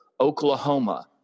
Oklahoma